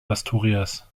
asturias